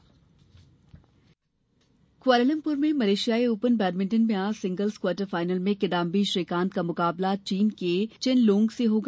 badminton Kuala Lumpur में मलेशियाई open badminton में आज सिंगल्स क्वार्टर फाइनल में किदाम्बी श्रीकांत का मुकाबला चीन के चेन लोग से होगा